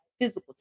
physical